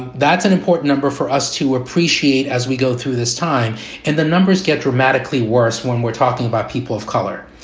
that's an important number for us to appreciate. as we go through this time and the numbers get dramatically worse when we're talking about people of color.